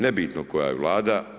Nebitno koja je Vlada.